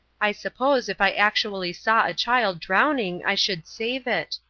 i suppose if i actually saw a child drowning i should save it.